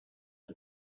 out